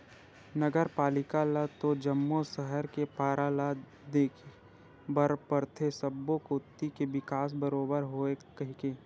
नगर पालिका ल तो जम्मो सहर के पारा ल देखे बर परथे सब्बो कोती के बिकास बरोबर होवय कहिके